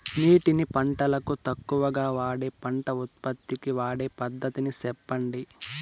నీటిని పంటలకు తక్కువగా వాడే పంట ఉత్పత్తికి వాడే పద్ధతిని సెప్పండి?